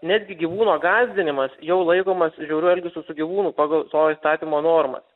netgi gyvūno gąsdinimas jau laikomas žiauriu elgesiu su gyvūnu pagal to įstatymo normas